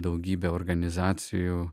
daugybė organizacijų